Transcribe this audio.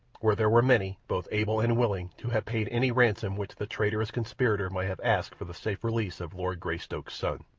where there were many, both able and willing, to have paid any ransom which the traitorous conspirator might have asked for the safe release of lord greystoke's son.